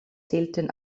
zählten